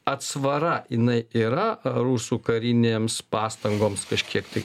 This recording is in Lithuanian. atsvara jinai yra rusų karinėms pastangoms kažkiek tai